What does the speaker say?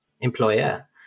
employer